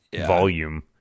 volume